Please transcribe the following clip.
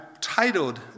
titled